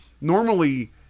normally